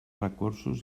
recursos